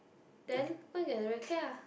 then go and get the racket ah